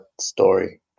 story